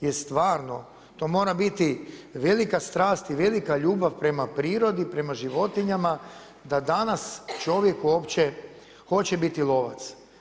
Jel stvarno to mora biti velika strast i velika ljubav prema prirodi, prema životinjama da danas čovjek uopće hoće biti lovac.